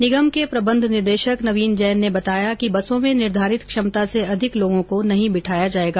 निगम के प्रबंध निदेशक नवीन जैन ने बताया कि बसों में निर्धारित क्षमता से अधिक लोगों को नहीं बिठाया जाएगा